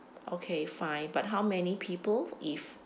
okay fine but how many people if